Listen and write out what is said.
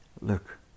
look